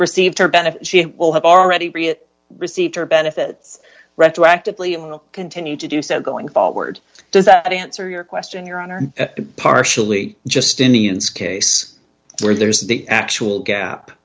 received her benefit she will have already received her benefits retroactively and continue to do so going forward does that answer your question your honor and partially just indians case where there's the actual gap